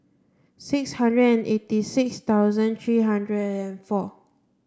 six hundred and eighty six thousand three hundred and four